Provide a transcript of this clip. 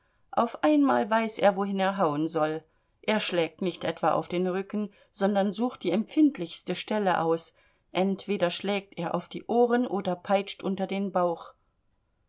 auf einmal weiß er wohin er hauen soll er schlägt nicht etwa auf den rücken sondern sucht die empfindlichste stelle aus entweder schlägt er auf die ohren oder peitscht unter den bauch